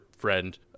friend